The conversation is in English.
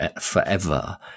forever